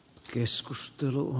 keskustelua